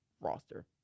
roster